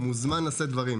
אתה מוזמן לשאת דברים.